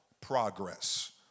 progress